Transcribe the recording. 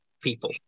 people